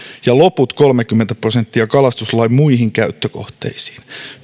ja loput kolmekymmentä prosenttia kalastuslain muihin käyttökohteisiin